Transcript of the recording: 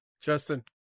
Justin